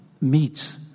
meets